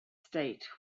state